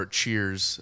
cheers